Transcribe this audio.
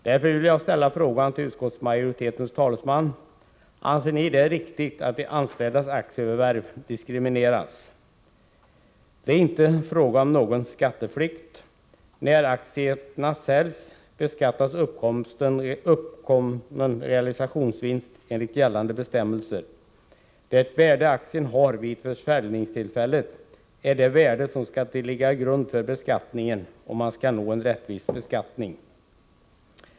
Därför vill jag ställa frågan till utskottsmajoritetens talesman: Anser ni det riktigt att de anställdas aktieförvärv diskrimineras? Det är inte fråga om någon skatteflykt. När aktierna säljs, beskattas uppkommen realisationsvinst enligt gällande bestämmelser. Det värde aktien har vid försäljningstillfället är det värde som skall ligga till grund för beskattningen, om man skall nå en rättvis beskattning.